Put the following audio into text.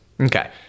Okay